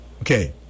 Okay